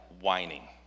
whining